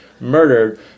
murdered